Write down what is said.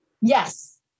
Yes